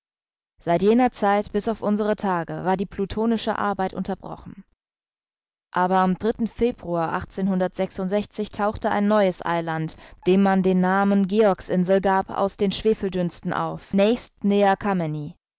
seit jener zeit bis auf unsere tage war die plutonische arbeit unterbrochen aber am februar tauchte ein neues eiland dem man den namen georgsinsel gab aus den schwefeldünsten auf nächst